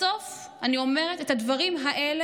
בסוף, אני אומרת את הדברים האלה: